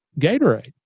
Gatorade